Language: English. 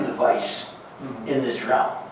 vice in this realm.